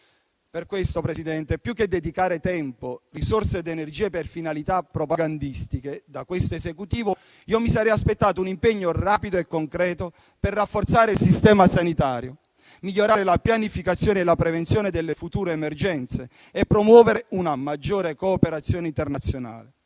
Per questo, signora Presidente, più che dedicare tempo, risorse ed energie per finalità propagandistiche, da questo Esecutivo mi sarei aspettato un impegno rapido e concreto per rafforzare il sistema sanitario, migliorare la pianificazione e la prevenzione delle future emergenze e promuovere una maggiore cooperazione internazionale.